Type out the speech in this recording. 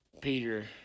Peter